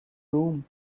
room